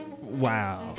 Wow